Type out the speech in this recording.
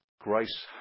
Grace